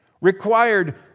required